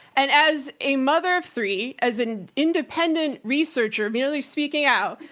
and as a mother of three, as an independent researcher merely speaking out,